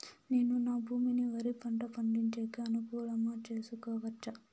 నేను నా భూమిని వరి పంట పండించేకి అనుకూలమా చేసుకోవచ్చా?